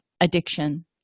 addiction